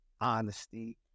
honesty